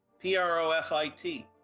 P-R-O-F-I-T